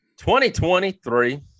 2023